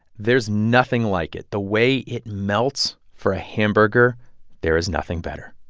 there's nothing like it. the way it melts for a hamburger there is nothing better.